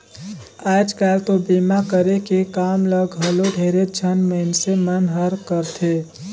आयज कायल तो बीमा करे के काम ल घलो ढेरेच झन मइनसे मन हर करथे